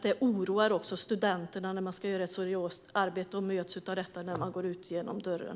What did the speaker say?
Det oroar studenterna som ska göra ett seriöst arbete och möts av detta när de går ut genom dörren.